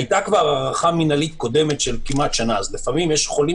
היתה כבר הארכה מינהלית נוספת של כמעט שנה אז לפעמים יש חולים